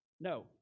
No